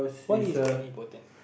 why is very important